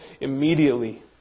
immediately